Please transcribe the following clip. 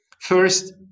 First